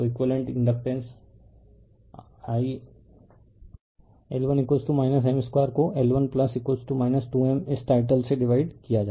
तो equivalent inductance lL1 M 2 को L1 2m इस टाइटल से डिवाइड किया जाएगा